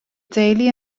deulu